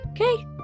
Okay